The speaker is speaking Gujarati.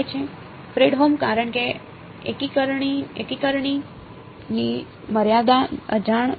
ફ્રેડહોમ કારણ કે એકીકરણની મર્યાદા અજાણ છે